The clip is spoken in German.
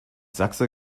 sachse